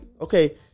okay